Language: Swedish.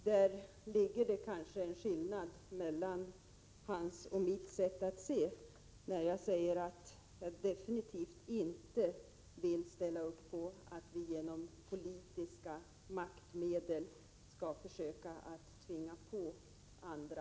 Där ligger nog en skillnad mellan hans och mitt sätt att se, när jag säger att jag definitivt inte vill ställa upp för att vi genom politiska maktmedel skall försöka tvinga på andra vår tro.